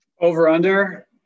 Over-under